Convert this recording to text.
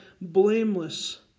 blameless